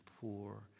poor